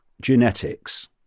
genetics